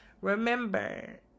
remember